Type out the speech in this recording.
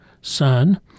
Son